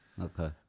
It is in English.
Okay